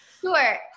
Sure